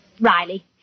Riley